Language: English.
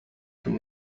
from